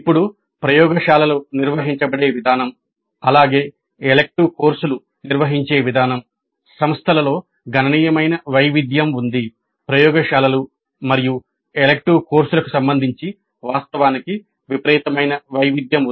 ఇప్పుడు ప్రయోగశాలలు నిర్వహించబడే విధానం అలాగే ఎలెక్టివ్ కోర్సులు నిర్వహించే విధానం సంస్థలలో గణనీయమైన వైవిధ్యం ఉంది ప్రయోగశాలలు మరియు ఎలెక్టివ్ కోర్సులకు సంబంధించి వాస్తవానికి విపరీతమైన వైవిధ్యం